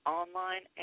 online